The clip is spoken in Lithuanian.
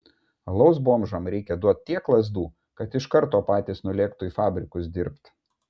alaus bomžam reik duot tiek lazdų kad iš karto patys nulėktų į fabrikus dirbt